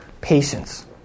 Patience